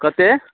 कतेक